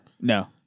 No